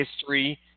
history